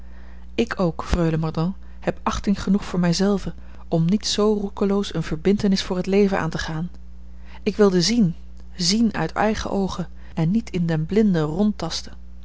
ik ook freule mordaunt heb achting genoeg voor mij zelven om niet zoo roekeloos eene verbintenis voor het leven aan te gaan ik wilde zien zien uit eigene oogen en niet in den blinde